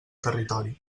territori